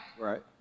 Right